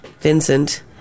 Vincent